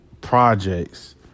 projects